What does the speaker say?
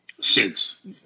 Six